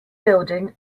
building